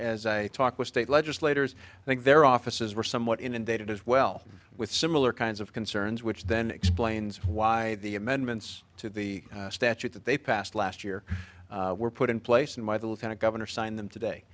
as i talk with state legislators i think their offices were somewhat inundated as well with similar kinds of concerns which then explains why the amendments to the statute that they passed last year were put in place and why the lieutenant governor signed them today